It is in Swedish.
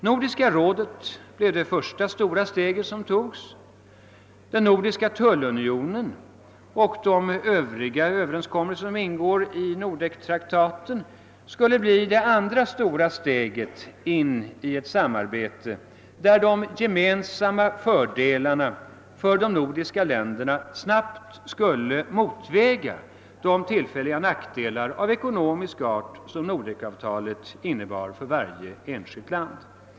Nordiska rådet blev det första stora steg som togs. Den nordiska tullunionen och de övriga överenskommelser som ingår i Nordektraktaten skulle bli det andra stora steget in i ett samarbete, där de gemensamma fördelarna för de nordiska länderna snabbt skulle motväga de tillfälliga nackdelar av ekonomisk art som Nordekavtalet innebar för varje enskilt land.